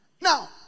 Now